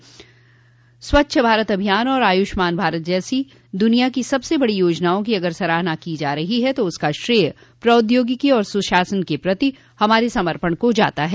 प्रधानमंत्री ने कहा कि स्वच्छ भारत अभियान और आयूष्मान भारत जैसी द्निया की सबसे बड़ी योजनाओं की अगर सराहना की जा रही है तो उसका श्रेय प्रौद्योगिकी और सुशासन के प्रति हमारे समर्पण को जाता है